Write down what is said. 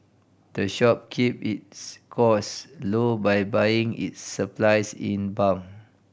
the shop keep its cost low by buying its supplies in bulk